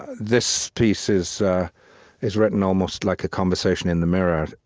this piece is is written almost like a conversation in the mirror,